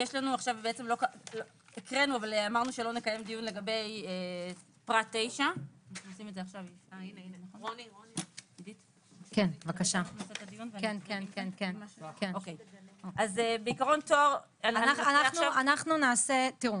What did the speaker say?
בעצם הקראנו אבל אמרנו שלא נקיים דיון לגבי פרט 9. תראו,